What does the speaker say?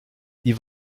die